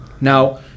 Now